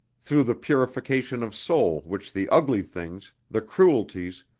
through the purification of soul which the ugly things, the cruelties,